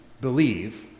believe